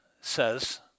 says